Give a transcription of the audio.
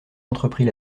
entreprit